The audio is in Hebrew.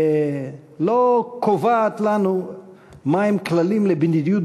ולא קובעת לנו מה הם הכללים למדיניות